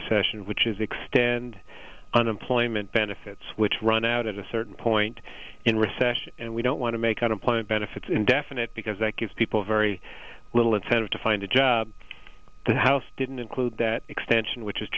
recession which is extend unemployment benefits which run out at a certain point in recession and we don't want to make out employment benefits indefinite because that gives people very little incentive to find a job the house didn't include that extension which is